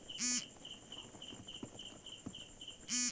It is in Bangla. কোনো শস্যের ফুল ফোটার সময় আমরা কীভাবে নির্ধারন করতে পারি?